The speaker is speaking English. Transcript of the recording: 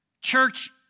church